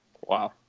wow